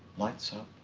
lights up,